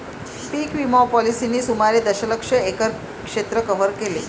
पीक विमा पॉलिसींनी सुमारे दशलक्ष एकर क्षेत्र कव्हर केले